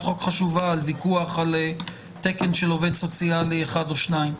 חוק חשובה בגלל ויכוח על תקן של עובד סוציאלי אחד או שניים.